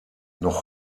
noch